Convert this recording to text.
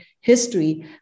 history